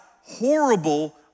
horrible